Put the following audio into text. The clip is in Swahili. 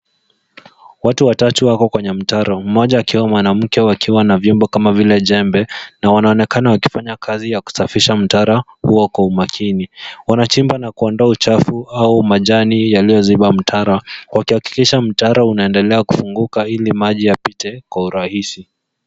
Watu watatu wako kwenye mtaro, mmoja akiwa mwanamke wakiwa na vyombo kama vile jembe na wanaonekana wakifanya kazi ya kusafisha mtaro huo kwa umakini. Wanachimba na kuondoa uchafu au majani yaliyoziba mtaro, wakihakikisha mtaro unaendelea kufunguka ili maji yapite kwa urahisi.